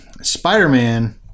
Spider-Man